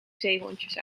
zeehondjes